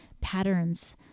patterns